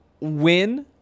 win